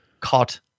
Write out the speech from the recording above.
caught